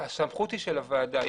הסמכות היא של הוועדה.